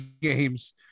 games